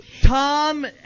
Tom